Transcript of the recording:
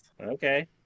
Okay